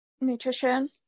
Nutrition